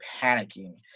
panicking